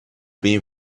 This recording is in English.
been